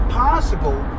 possible